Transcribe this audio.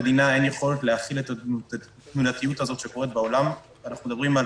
אנחנו עוברים לנושא הבא.